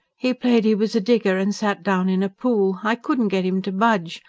he played he was a digger and sat down in a pool i couldn't get him to budge,